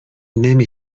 نمی